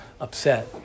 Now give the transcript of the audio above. upset